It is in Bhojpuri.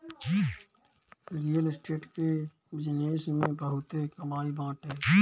रियल स्टेट के बिजनेस में बहुते कमाई बाटे